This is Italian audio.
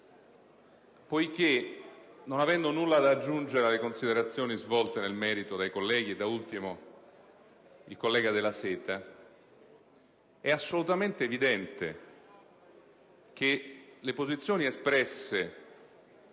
Infatti, non avendo nulla da aggiungere alle considerazioni svolte nel merito dai colleghi, e da ultimo dal senatore Della Seta, è assolutamente evidente che le posizioni espresse